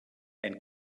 ein